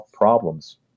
problems